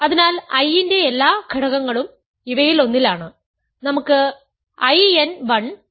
അതിനാൽ I ന്റെ എല്ലാ ഘടകങ്ങളും ഇവയിലൊന്നിലാണ് നമുക്ക് I n 1 എന്ന് പറയാം